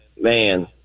Man